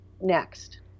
next